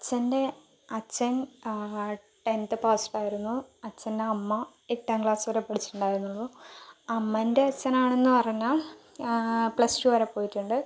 അച്ഛൻ്റെ അച്ഛൻ tenth passed ആയിരുന്നു അച്ഛൻ്റെ അമ്മ എട്ടാം ക്ലാസ് വരെ പഠിച്ചിട്ടുണ്ടായിരുന്നുളളൂ അമ്മയുടെ അച്ഛനാണെന്ന് പറഞ്ഞാൽ പ്ലസ്ടു വരെ പോയിട്ടുണ്ട്